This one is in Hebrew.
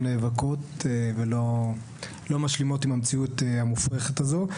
מבקרות ולא משלימות עם המציאות המופרחת הזו.